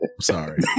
sorry